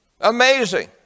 Amazing